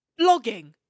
blogging